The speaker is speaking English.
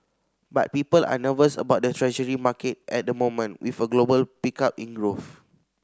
but people are nervous about the Treasury market at the moment with a global pickup in growth